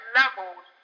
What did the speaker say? levels